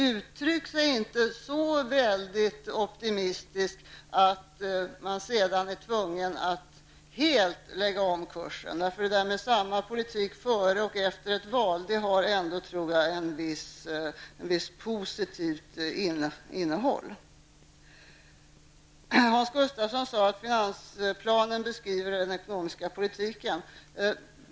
Uttryck er inte så väldigt optimistiskt att man sedan blir tvungen att helt lägga om kursen! Detta med att föra samma politik såväl före som efter ett val har ändå ett visst positivt innehåll. Hans Gustafsson sade att finansplanen beskriver den ekonomiska politiken.